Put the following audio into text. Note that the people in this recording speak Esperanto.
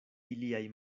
iliaj